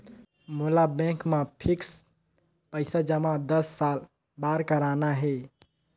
मोला बैंक मा फिक्स्ड पइसा जमा दस साल बार करना हे?